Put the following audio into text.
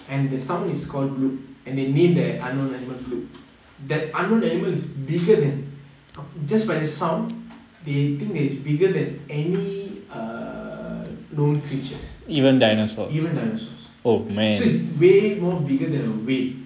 and the sound is called bloop and they named that unknown animal bloop that unknown animal is bigger than just by the sound they think that it's bigger than any err known creatures even dinosaurs so is way more bigger than a whale